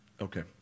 Okay